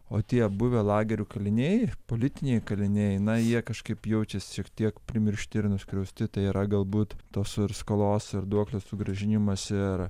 o tie buvę lagerių kaliniai politiniai kaliniai na jie kažkaip jaučiasi šiek tiek primiršti ir nuskriausti tai yra galbūt tos ir skolos ir duoklės sugrąžinimas ir